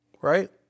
right